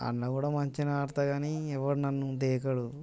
ఆడ కూడా మంచిగా ఆడుతా కానీ ఎవడు నన్ను దేకడు